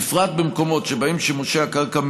בפרט במקומות שבהם שימושי הקרקע מעורבים.